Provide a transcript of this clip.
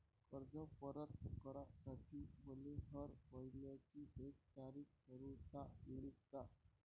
कर्ज परत करासाठी मले हर मइन्याची एक तारीख ठरुता येईन का?